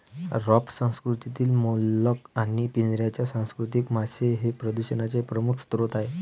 raft संस्कृतीतील mollusc आणि पिंजऱ्याच्या संस्कृतीतील मासे हे प्रदूषणाचे प्रमुख स्रोत आहेत